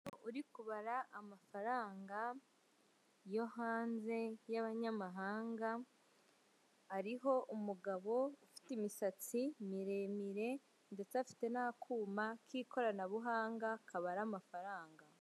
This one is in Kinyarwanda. Uri kubara amafaranga yo hanze y'abanyamahanga, ariho umugabo ufite imisatsi miremire ndetse afite n'akuma k'ikoranabuhanga kabara amafaranga.